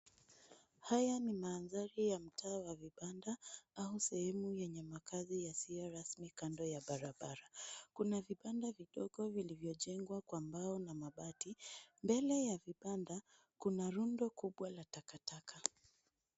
Haya ni mandhari ya mtaa ya mabanda au sehemu yenye makazi yasiyo rasmi kando ya barabara. Kuna vibanda vidogo vilivyojengwa kwa mbao na mabati. Mbele ya vibanda, kuna rundo kubwa la takataka.